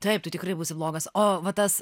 taip tu tikrai būsi blogas o va tas